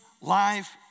life